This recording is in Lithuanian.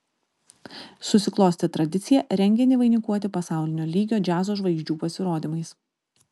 susiklostė tradicija renginį vainikuoti pasaulinio lygio džiazo žvaigždžių pasirodymais